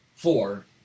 Four